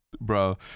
Bro